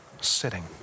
sitting